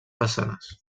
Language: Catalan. façanes